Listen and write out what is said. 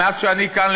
מאז אני כאן,